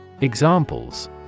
Examples